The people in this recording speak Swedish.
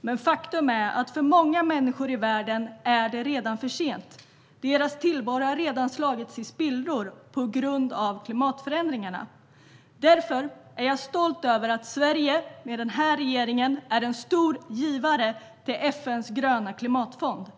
Men faktum är att för många människor i världen är det redan för sent. Deras tillvaro har redan slagits i spillror på grund av klimatförändringarna. Därför är jag stolt över att Sverige med den här regeringen är en stor givare till FN:s gröna klimatfond.